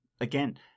again